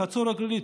חצור הגלילית,